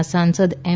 ના સાંસદ એમ